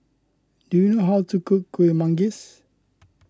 do you know how to cook Kuih Manggis